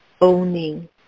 owning